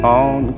on